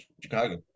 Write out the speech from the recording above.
Chicago